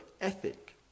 ethic